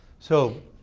so